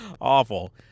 awful